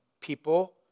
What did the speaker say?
people